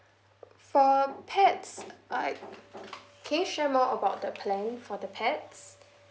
for pets uh I can you share more about the plan for the pets